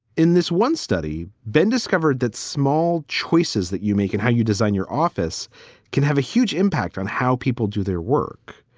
in this one study, ben discovered that small choices that you make in how you design your office can have a huge impact on how people do their work.